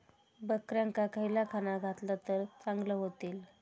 बकऱ्यांका खयला खाणा घातला तर चांगल्यो व्हतील?